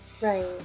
Right